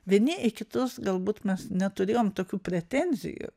vieni į kitus galbūt mes neturėjom tokių pretenzijų